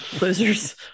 losers